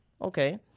Okay